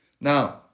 Now